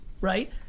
right